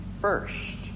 first